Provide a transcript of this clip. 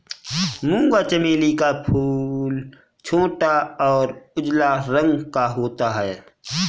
मूंगा चमेली का फूल छोटा और उजला रंग का होता है